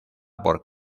por